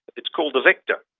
it's called a vector,